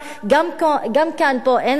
וגם כאן אין רמזורים.